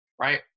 right